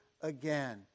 again